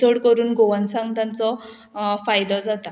चड करून गोवानसांक तांचो फायदो जाता